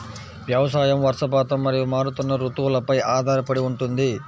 వ్యవసాయం వర్షపాతం మరియు మారుతున్న రుతువులపై ఆధారపడి ఉంటుంది